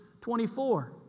24